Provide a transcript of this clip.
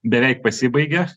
beveik pasibaigia